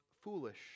foolish